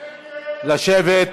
לשבת.